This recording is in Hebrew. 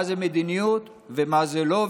מה זה מדיניות ומה זה לא.